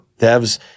devs